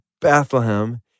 Bethlehem